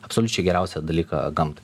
absoliučiai geriausią dalyką gamtai